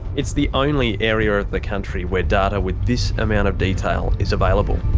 it's the only area of the country where data with this amount of detail is available.